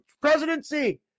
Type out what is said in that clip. presidency